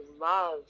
love